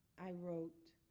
i wrote